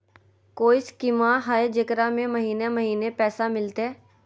कोइ स्कीमा हय, जेकरा में महीने महीने पैसा मिलते?